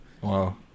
wow